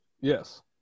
Yes